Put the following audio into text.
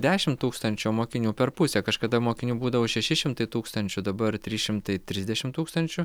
dešim tūkstančių o mokinių per pusę kažkada mokinių būdavo šeši šimtai tūkstančių dabar trys šimtai trisdešim tūkstančių